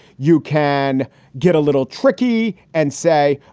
you can get a little tricky and say,